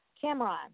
Cameron